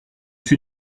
suis